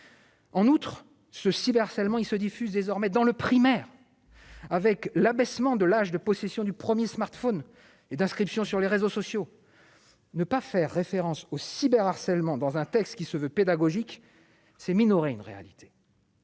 En outre ce cyber-harcèlement il se diffuse désormais dans le primaire, avec l'abaissement de l'âge de possession du 1er smartphone et d'inscription sur les réseaux sociaux. Ne pas faire référence au cyber harcèlement dans un texte qui se veut pédagogique, c'est minorer une réalité.